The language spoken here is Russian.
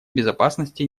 безопасности